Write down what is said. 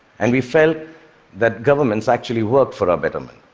and we felt that governments actually worked for our betterment.